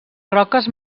roques